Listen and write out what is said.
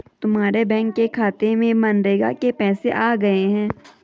तुम्हारे बैंक के खाते में मनरेगा के पैसे आ गए हैं